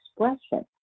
expression